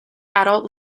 adult